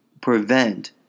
prevent